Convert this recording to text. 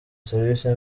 serivisi